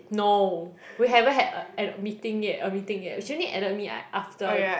no we haven't had a had a meeting yet a meeting yet she only added me like after